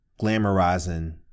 glamorizing